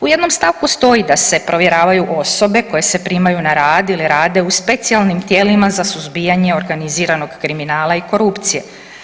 U jednom stavku stoji da se provjeravaju osobe koje se primaju na rad ili rade u specijalnim tijelima za suzbijanje organiziranog kriminala i korupcije.